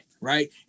Right